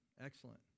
Excellent